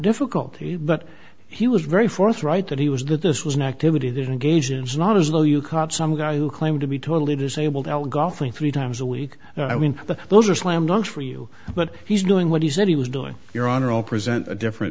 difficulty but he was very forthright that he was that this was an activity that engages not as though you caught some guy who claimed to be totally disabled algol thing three times a week i mean those are slam dunk for you but he's doing what he said he was doing your honor all present a different